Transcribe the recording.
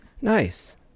Nice